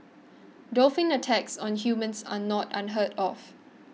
dolphin attacks on humans are not unheard of